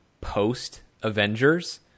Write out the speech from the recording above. post-Avengers